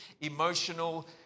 emotional